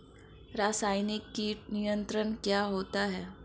रसायनिक कीट नियंत्रण क्या होता है?